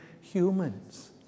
humans